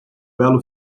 belo